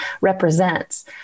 represents